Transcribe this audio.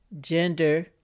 gender